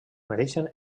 mereixen